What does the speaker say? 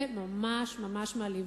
זה ממש ממש מעליב.